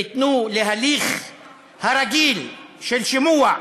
תנו להליך הרגיל של שימוע,